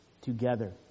together